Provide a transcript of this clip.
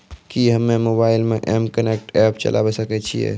कि हम्मे मोबाइल मे एम कनेक्ट एप्प चलाबय सकै छियै?